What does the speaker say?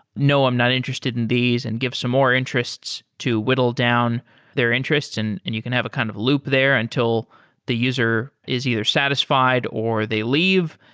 no, i'm not interested in these, and give some more interests to whittle down their interests, and and you can have a kind of loop there until the user is either satisfied or they leave.